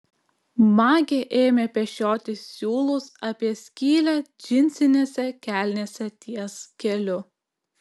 magė ėmė pešioti siūlus apie skylę džinsinėse kelnėse ties keliu